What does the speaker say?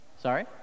Sorry